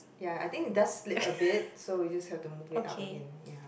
ya I think it does slip a bit so you just have to move it up again ya